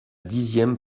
dixième